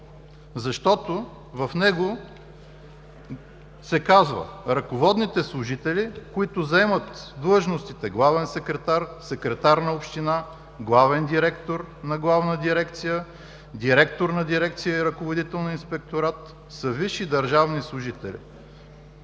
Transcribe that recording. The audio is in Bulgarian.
защото в него се казва: „Ръководните служители, които заемат длъжностите „главен секретар”, „секретар на община”, „главен директор на главна дирекция”, „директор на дирекция” и „ръководител на инспекторат”, са висши държавни служители.